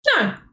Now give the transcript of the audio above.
No